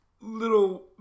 little